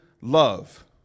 love